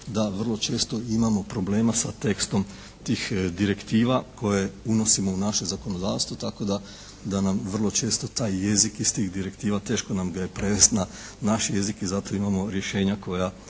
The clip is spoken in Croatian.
da vrlo često imamo problema sa tekstom tih direktiva koje unosimo ua naše zakonodavstvo tako da nam vrlo često taj jezik iz tih direktiva teško nam ga je prevesti na naš jezik i zato imamo rješenja koja